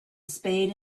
spade